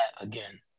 again